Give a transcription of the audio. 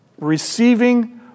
receiving